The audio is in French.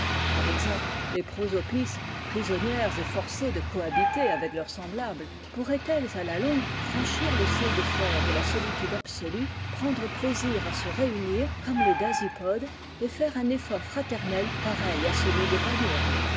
par exemple les prosopis prisonnières et forcées de cohabiter avec leurs semblables pourraientelles à la longue franchir le seuil de fer de la solitude absolue prendre plaisir à se réunir coaime les dasypodes et faire un effort fraternel pareil à celui des